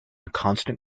constant